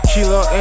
Kilo